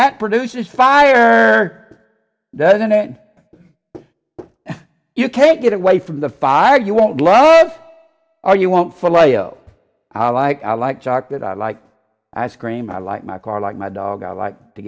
that produces fire doesn't it you can't get away from the fire you won't love are you wont for layo i like i like chocolate i like ice cream i like my car like my dog i like to